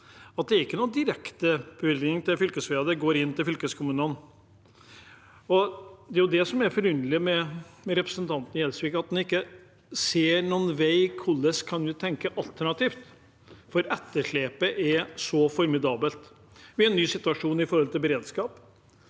at det ikke er noen direktebevilgning til fylkesveier, det går inn til fylkeskommunene. Det er det som er forunderlig med representanten Gjelsvik: Han ser ikke noen vei for hvordan man kan tenke alternativt, for etterslepet er så formidabelt. Vi er i en ny situasjon når det gjelder beredskap.